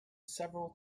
several